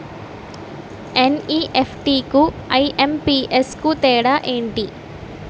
NEFT కు IMPS కు తేడా ఎంటి?